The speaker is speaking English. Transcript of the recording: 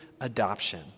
adoption